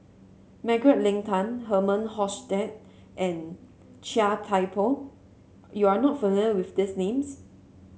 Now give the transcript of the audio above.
Margaret Leng Tan Herman Hochstadt and Chia Thye Poh you are not familiar with these names